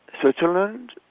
Switzerland